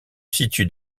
situe